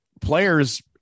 Players